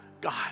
God